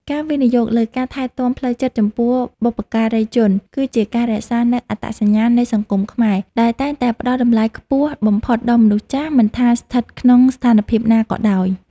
ការវិនិយោគលើការថែទាំផ្លូវចិត្តចំពោះបុព្វការីជន គឺជាការរក្សានូវអត្តសញ្ញាណនៃសង្គមខ្មែរ ដែលតែងតែផ្ដល់តម្លៃខ្ពស់បំផុតដល់មនុស្សចាស់ មិនថាស្ថិតក្នុងស្ថានភាពណាក៏ដោយ។